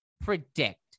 predict